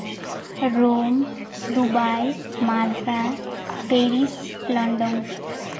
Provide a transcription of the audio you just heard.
Rome Dubai madras Paris London